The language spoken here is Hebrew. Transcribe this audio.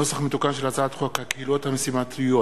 נוסח מתוקן של הצעת חוק הקהילות המשימתיות,